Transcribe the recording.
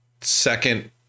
second